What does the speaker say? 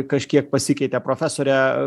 kažkiek pasikeitė profesore